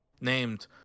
named